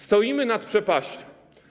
Stoimy nad przepaścią.